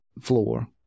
floor